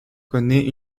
connait